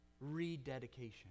rededication